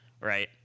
right